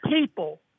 people